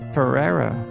Ferrero